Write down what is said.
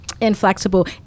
inflexible